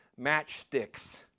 matchsticks